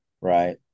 Right